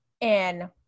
And-